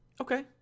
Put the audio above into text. Okay